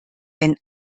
wenn